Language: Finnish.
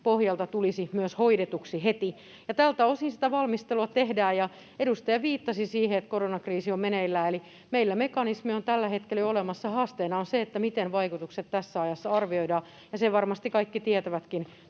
pohjalta tulisi myös hoidetuksi heti. Tältä osin sitä valmistelua tehdään. Edustaja viittasi siihen, että koronakriisi on meneillään, eli meillä mekanismi on tällä hetkellä jo olemassa. Haasteena on se, miten vaikutukset tässä ajassa arvioidaan. Sen varmasti kaikki tietävätkin,